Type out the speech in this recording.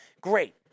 Great